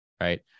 right